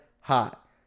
hot